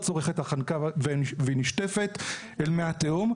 החנקן והיא נשטפת אל מי תהום.